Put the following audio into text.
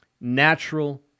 natural